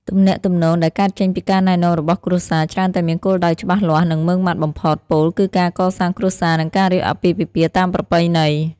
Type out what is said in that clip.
ទំនាក់ទំនងដែលកើតចេញពីការណែនាំរបស់គ្រួសារច្រើនតែមានគោលដៅច្បាស់លាស់ និងម៉ឺងម៉ាត់បំផុត ពោលគឺការកសាងគ្រួសារ និងការរៀបអាពាហ៍ពិពាហ៍តាមប្រពៃណី។